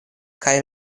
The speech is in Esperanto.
kaj